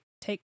take